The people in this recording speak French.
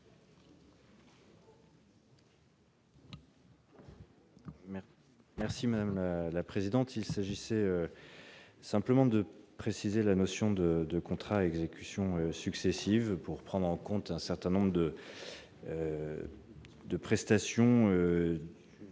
Merci madame la présidente, il s'agissait simplement de préciser la notion de de contrats exécution successives pour prendre en compte un certain nombre de de prestations qui par nature ne